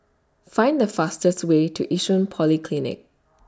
Find The fastest Way to Yishun Polyclinic